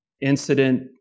incident